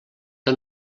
que